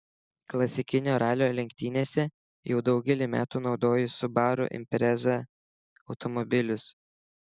klasikinio ralio lenktynėse jau daugelį metų naudoju subaru impreza automobilius